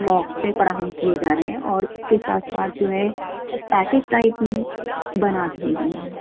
موقعے فراہم کئے جا رہے ہیں اور اُس کے ساتھ ساتھ جو ہے ایک پیکیج ٹائپ بنا دیئے گئے ہیں